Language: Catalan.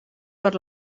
per